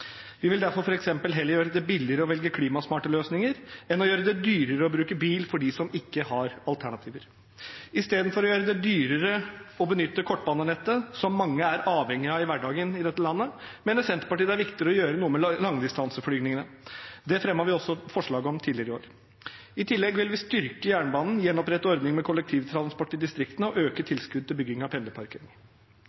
Vi vil derfor f.eks. heller gjøre det billigere å velge klimasmarte løsninger enn å gjøre det dyrere å bruke bil for dem som ikke har alternativer. Istedenfor å gjøre det dyrere å benytte kortbanenettet, som mange er avhengige av i hverdagen i dette landet, mener Senterpartiet det er viktigere å gjøre noe med langdistanseflygningene. Det fremmet vi også forslag om tidligere i år. I tillegg vil vi styrke jernbanen, gjenopprette ordningen med kollektivtransport i distriktene og øke